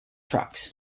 trucks